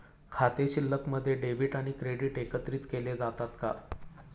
खाते शिल्लकमध्ये डेबिट आणि क्रेडिट एकत्रित केले जातात का?